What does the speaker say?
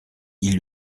ils